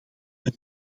het